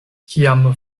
kiam